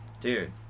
dude